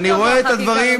ואני רואה את הדברים,